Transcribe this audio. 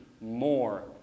more